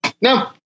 No